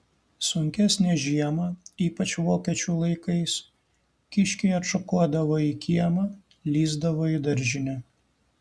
sunkesnę žiemą ypač vokiečių laikais kiškiai atšokuodavo į kiemą lįsdavo į daržinę